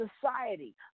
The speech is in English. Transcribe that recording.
society